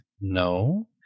No